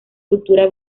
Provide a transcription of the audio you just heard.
cultura